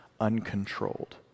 uncontrolled